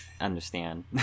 Understand